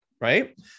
Right